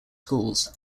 schools